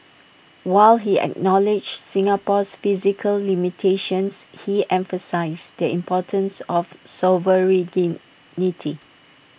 while he acknowledged Singapore's physical limitations he emphasised the importance of sovereignty